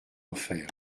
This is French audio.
enfer